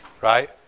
Right